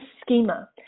schema